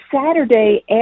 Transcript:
Saturday